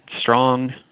strong